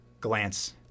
glance